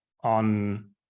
on